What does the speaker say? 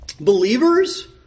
believers